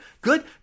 good